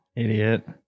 Idiot